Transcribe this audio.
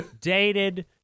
Dated